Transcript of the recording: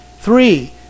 Three